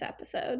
episode